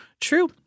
True